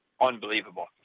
unbelievable